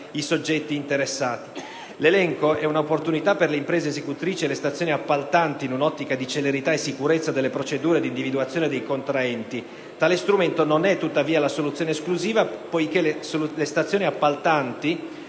soggetti interessati. L'elenco è un'opportunità per le imprese esecutrici e le stazioni appaltanti in un'ottica di celerità e sicurezza delle procedure di individuazione dei contraenti. Tale strumento non è tuttavia la soluzione esclusiva, poiché le stazioni appaltanti